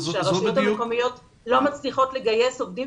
שהרשויות המקומיות לא מצליחות לגייס עובדים